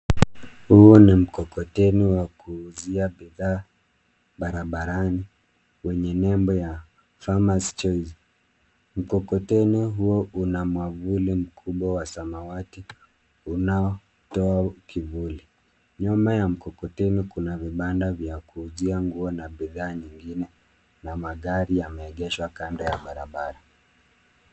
Huu ni mkokoteni wa kuuzia bidhaa barabarani wenye nembo ya farmers choice . Mkokoteni huo una mwavuli mkubwa wa samawati unaotoa kivuli. Nyuma ya mkokoteni kuna vibanda vya kuuzia nguo na bidhaa nyingine na magari yameegeshwa kando ya barabara.